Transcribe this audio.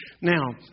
Now